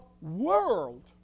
world